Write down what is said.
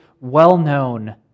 well-known